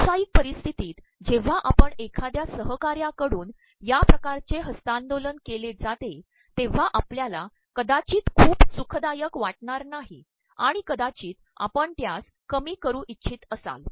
व्यावसातयक पररप्स्त्र्तीत जेव्हा आपण एखाद्या सहकार्याकडून या िकारचे हस्त्तांदोलन के ले जातेतेव्हा आपल्याला कदाचचत खपू सुखदायक वािणार नाही आणण कदाचचत आपण त्यास कमी करू इप्च्छत असाल